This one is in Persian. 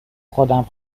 خودم